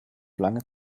lange